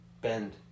bend